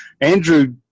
Andrew